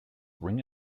ring